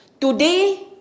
Today